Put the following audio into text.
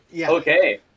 Okay